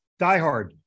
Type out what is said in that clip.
Diehard